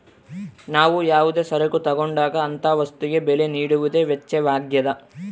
ನಾವು ಯಾವುದೇ ಸರಕು ತಗೊಂಡಾಗ ಅಂತ ವಸ್ತುಗೆ ಬೆಲೆ ನೀಡುವುದೇ ವೆಚ್ಚವಾಗ್ಯದ